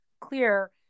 clear